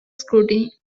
scrutiny